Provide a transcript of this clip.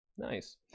Nice